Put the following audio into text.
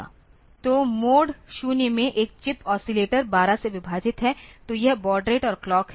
तो मोड 0 में एक चिप ओसिलेटर 12 से विभाजित है तो यह बॉड रेट और क्लॉक है